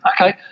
Okay